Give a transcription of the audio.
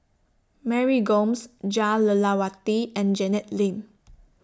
Mary Gomes Jah Lelawati and Janet Lim